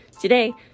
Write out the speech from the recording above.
Today